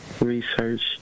research